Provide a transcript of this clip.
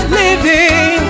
living